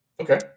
Okay